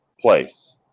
place